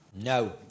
No